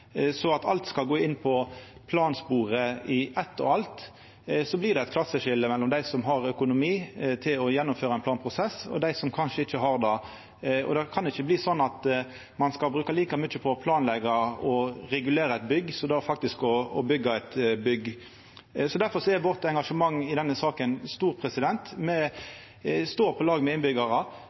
alt skal gå inn på plansporet i eitt og alt, blir det eit klasseskilje mellom dei som har økonomi til å gjennomføra ein planprosess, og dei som kanskje ikkje har det. Det kan ikkje bli slik at ein skal bruka like mykje på å planleggja og regulera eit bygg, som på faktisk å byggja eit bygg. Difor er engasjementet vårt i denne saka stort. Me er på lag med